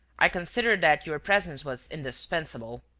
i considered that your presence was indispensable.